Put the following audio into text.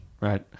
right